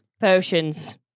potions